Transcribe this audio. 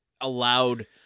allowed